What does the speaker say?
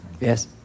yes